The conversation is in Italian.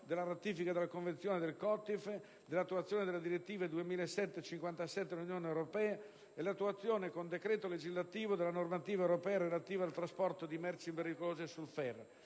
della ratifica della convenzione del COTIF, dell'attuazione della direttiva 2007/57/CE dell'Unione europea e dell'attuazione con decreto legislativo della normativa europea relativa al trasporto di merci pericolose su ferro.